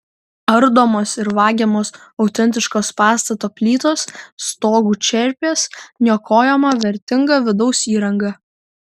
ardomos ir vagiamos autentiškos pastato plytos stogų čerpės niokojama vertinga vidaus įranga